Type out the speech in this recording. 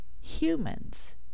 humans